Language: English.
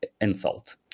insult